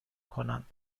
کنند